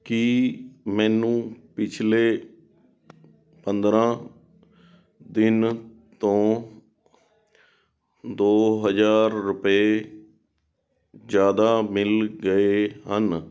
ਕੀ ਮੈਨੂੰ ਪਿਛਲੇ ਪੰਦਰਾਂ ਦਿਨ ਤੋਂ ਦੋ ਹਜ਼ਾਰ ਰੁਪਏ ਜ਼ਿਆਦਾ ਮਿਲ ਗਏ ਹਨ